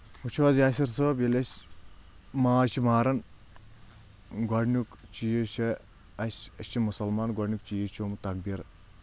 وٕچھو حظ یاثر صٲب ییٚلہِ أسۍ ماز چھِ مارن گۄڈنیُک چیٖز چھُ اَسہِ أسۍ چھِ مُسلمان گۄڈنیُک چیٖز چھُ أمۍ تقبیٖر